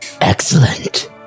Excellent